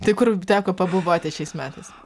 tai kur teko pabuvoti šiais metais